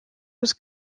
was